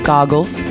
Goggles